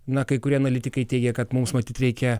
na kai kurie analitikai teigia kad mums matyt reikia